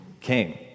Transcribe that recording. came